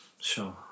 Sure